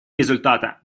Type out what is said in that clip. результата